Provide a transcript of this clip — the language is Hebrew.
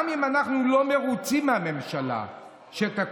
גם אם אנחנו לא מרוצים מהממשלה שתקום,